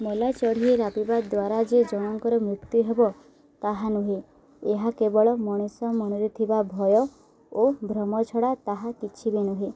ମୋଲା ଚଢ଼େଇ ରବିବା ଦ୍ୱାରା ଯେ ଜଣଙ୍କର ମୃତ୍ୟୁ ହେବ ତାହା ନୁହେଁ ଏହା କେବଳ ମଣିଷ ମନରେ ଥିବା ଭୟ ଓ ଭ୍ରମ ଛଡ଼ା ତାହା କିଛି ବି ନୁହେଁ